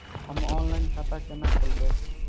हम ऑनलाइन खाता केना खोलैब?